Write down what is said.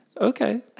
Okay